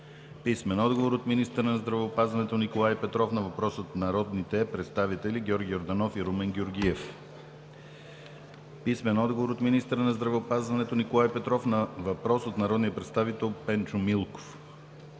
Румен Георгиев; - министъра на здравеопазването Николай Петров на въпрос от народните представители Георги Йорданов и Румен Георгиев; - министъра на здравеопазването Николай Петров на въпрос от народния представител Пенчо Милков;